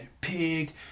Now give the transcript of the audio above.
pig